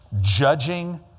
judging